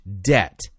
debt